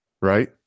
right